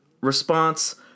response